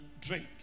drink